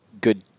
good